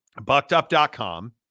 buckedup.com